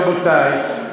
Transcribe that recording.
רבותי,